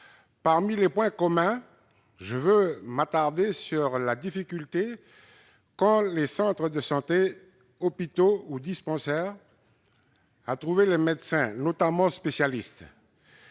Parmi les points communs, je m'attarderai sur les difficultés des centres de santé, hôpitaux ou dispensaires à trouver des médecins, notamment spécialistes.